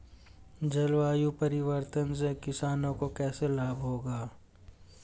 जलवायु परिवर्तन से किसानों को कैसे लाभ होगा?